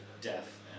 death